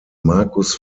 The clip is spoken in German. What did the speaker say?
marcus